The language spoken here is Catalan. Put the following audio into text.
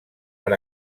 per